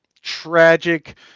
tragic